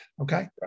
Okay